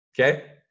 okay